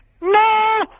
No